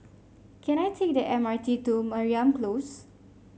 can I take the M R T to Mariam Close